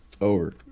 Over